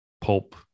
pulp